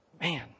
Man